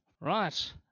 Right